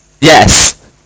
Yes